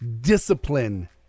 discipline